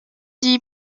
die